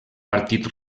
partit